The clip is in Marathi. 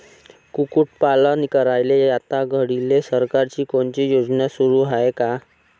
कुक्कुटपालन करायले आता घडीले सरकारची कोनची योजना सुरू हाये का?